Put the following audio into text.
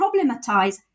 problematize